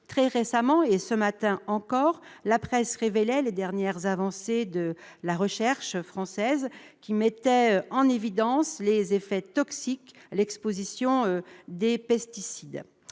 Très récemment, et encore ce matin, la presse révélait les dernières avancées de la recherche française, mettant en évidence les effets toxiques de l'exposition aux pesticides.